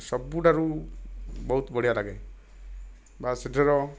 ସବୁଠାରୁ ବହୁତ ବଢ଼ିଆ ଲାଗେ ବା ସେଠିର